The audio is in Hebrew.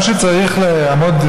מה שצריך לעמוד,